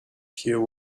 pierre